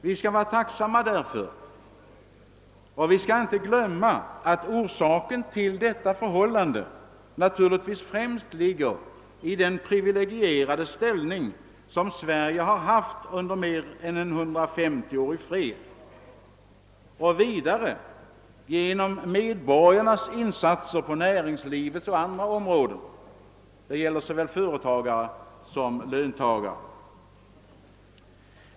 Vi skall vara tacksamma för detta och vi skall inte glömma att orsaken till detta förhållande naturligtvis främst ligger i den privilegierade ställning som Sverige haft under en mer än 150-årig fred och vidare naturligtvis i medborgarnas insatser på näringslivets och på andra områden. Detta gäller såväl företagare som löntagare.